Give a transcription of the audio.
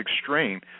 extreme